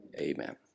Amen